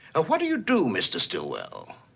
ah what do you do, mr. stillwell?